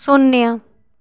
शून्य